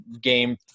game